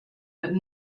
but